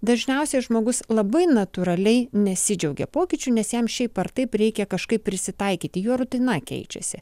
dažniausiai žmogus labai natūraliai nesidžiaugia pokyčiu nes jam šiaip ar taip reikia kažkaip prisitaikyti jo rutina keičiasi